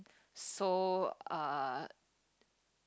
so uh